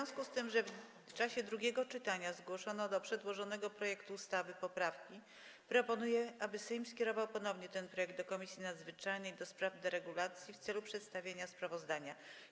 W związku z tym, że w czasie drugiego czytania zgłoszono poprawki do przedłożonego projektu ustawy, proponuję, aby Sejm skierował ponownie ten projekt do Komisji Nadzwyczajnej do spraw deregulacji w celu przedstawienia sprawozdania.